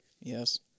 Yes